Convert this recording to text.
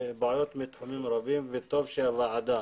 בתחומים רבים, וטוב שהוועדה